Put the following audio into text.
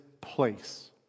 place